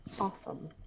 awesome